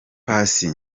paccy